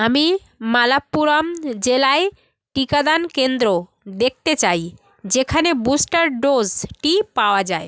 আমি মালাপ্পুরম জেলায় টিকাদান কেন্দ্র দেখতে চাই যেখানে বুস্টার ডোজটি পাওয়া যায়